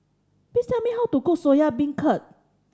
please tell me how to cook Soya Beancurd